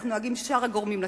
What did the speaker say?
איך נוהגים שאר הגורמים לסכסוך.